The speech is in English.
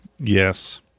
Yes